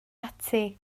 ati